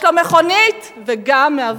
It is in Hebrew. יש לו מכונית וגם מאבטחים.